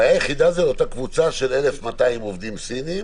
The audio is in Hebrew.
הבעיה היחידה זו אותה קבוצה של 1,200 עובדים סיניים,